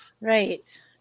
right